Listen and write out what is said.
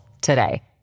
today